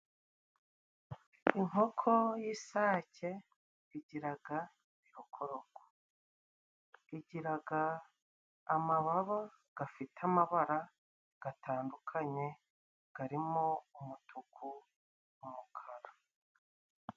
Inkoko y'isake igiraga ibikoroko, igiraga amababa gafite amabara gatandukanye karimo umutuku n'umukara.